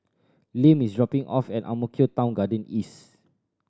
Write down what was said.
Lim is dropping off at Ang Mo Kio Town Garden East